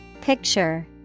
Picture